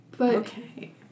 Okay